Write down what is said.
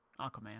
Aquaman